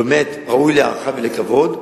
באמת ראויה להערכה ולכבוד.